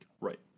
Right